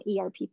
ERP